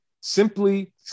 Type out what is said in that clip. simply